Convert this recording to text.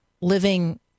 living